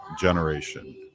generation